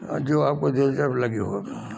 जो आपको दिलचस्प लगी हो